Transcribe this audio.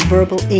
Verbal